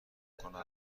کنم